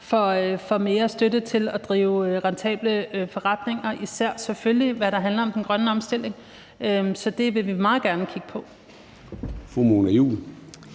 får mere støtte til at drive rentable forretninger, især selvfølgelig det, der handler om den grønne omstilling. Så det vil vi meget gerne kigge på.